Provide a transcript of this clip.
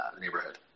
neighborhood